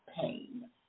pain